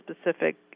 specific